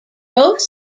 both